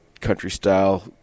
country-style